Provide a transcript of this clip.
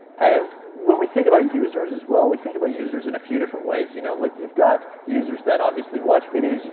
and when we think about users, as well, we think about users in a few different ways. you know like you've got users that obviously watch videos, yeah